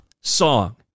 song